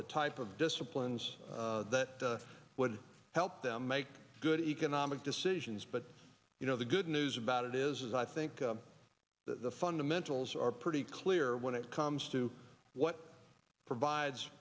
the type of disciplines that would help them make good economic decisions but you know the good news about it is i think the fundamentals are pretty clear when it comes to what provides